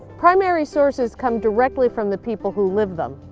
primary sources come directly from the people who lived them.